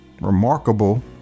remarkable